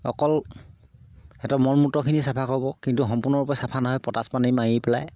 অকল সিহঁতৰ মলমূত্ৰখিনি চফা হ'ব কিন্তু সম্পূৰ্ণৰূপে চফা নহয় পটাছ পানী মাৰি পেলাই